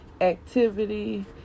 activity